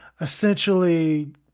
essentially